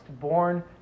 born